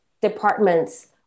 departments